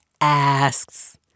asks